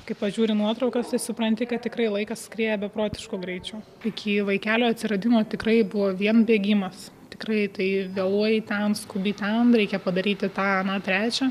kai pažiūri nuotraukas tai supranti kad tikrai laikas skrieja beprotišku greičiu iki vaikelio atsiradimo tikrai buvo vien bėgimas tikrai tai vėluoji ten skubi ten reikia padaryti tą aną trečią